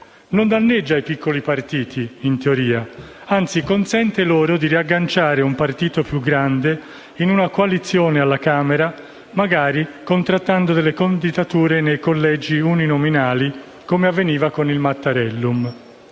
Non danneggia i piccoli partiti, in teoria: anzi, alla Camera consente loro di riagganciare un partito più grande in una coalizione, magari contrattando delle candidature nei collegi uninominali (come avveniva con il Mattarellum);